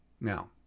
Now